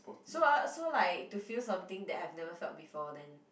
so uh so like to feel something that I've never felt before then